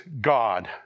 God